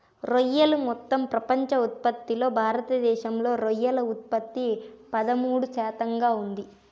రొయ్యలు మొత్తం ప్రపంచ ఉత్పత్తిలో భారతదేశంలో రొయ్యల ఉత్పత్తి పదమూడు శాతంగా ఉంది